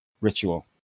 ritual